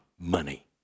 money